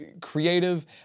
creative